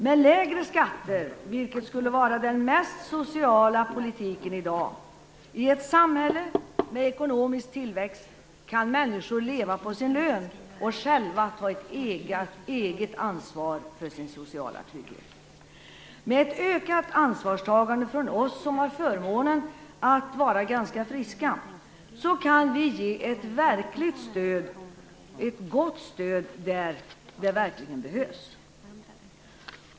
Med lägre skatter - vilket skulle vara den mest sociala politiken i dag - i ett samhälle med ekonomisk tillväxt kan människor leva på sin lön och själva ta ett eget ansvar för sin sociala trygghet. Med ett ökat ansvarstagande från oss som har förmånen att vara ganska friska kan vi ge ett verkligt gott stöd där det verkligen behövs.